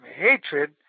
hatred